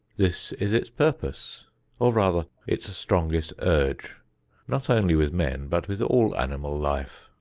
this is its purpose or, rather, its strongest urge not only with men but with all animal life.